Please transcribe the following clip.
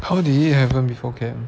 how did it happen before camp